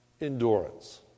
Endurance